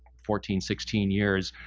fourteen, sixteen years,